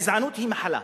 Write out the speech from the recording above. הגזענות היא מחלה,